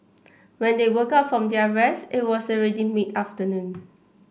when they woke up from their rest it was already mid afternoon